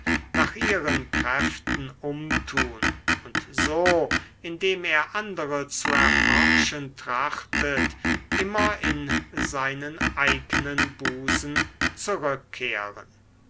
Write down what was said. nach ihren kräften umtun und so indem er andere zu erforschen trachtet immer in seinen eignen busen zurückkehren